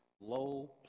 low